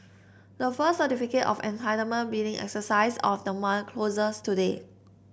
the first Certificate of Entitlement bidding exercise of the month closes today